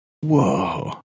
Whoa